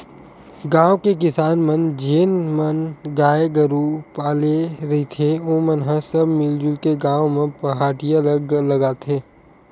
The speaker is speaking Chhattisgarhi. गाँव के किसान मन जेन मन गाय गरु पाले रहिथे ओमन ह सब मिलजुल के गाँव म पहाटिया ल लगाथे